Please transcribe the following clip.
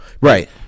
right